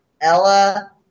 Ella